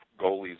goalies